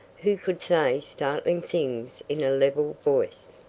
who could say startling things in a level voice.